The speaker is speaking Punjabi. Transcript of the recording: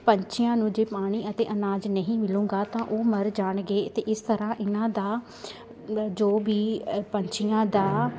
ਪੰਛੀਆਂ ਨੂੰ ਜੇ ਪਾਣੀ ਅਤੇ ਅਨਾਜ ਨਹੀਂ ਮਿਲੇਗਾ ਤਾਂ ਉਹ ਮਰ ਜਾਣਗੇ ਅਤੇ ਇਸ ਤਰ੍ਹਾਂ ਇਹਨਾਂ ਦਾ ਲ ਜੋ ਵੀ ਅ ਪੰਛੀਆਂ ਦਾ